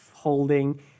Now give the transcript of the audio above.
Holding